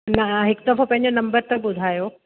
न हिकु दफ़ो पंहिंजे नंबर त ॿुधायो